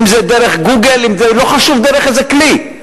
אם דרך "גוגל" או לא חשוב דרך איזה כלי,